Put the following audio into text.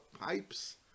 pipes